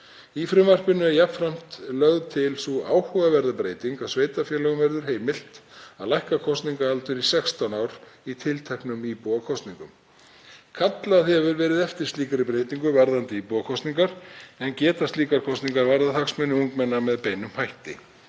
Í frumvarpinu er jafnframt lögð til sú áhugaverða breyting að sveitarfélögum verði heimilt að lækka kosningaaldur í 16 ár í tilteknum íbúakosningum. Kallað hefur verið eftir slíkri breytingu varðandi íbúakosningar enda geta slíkar kosningar varðað hagsmuni ungmenna með beinum hætti.